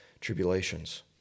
tribulations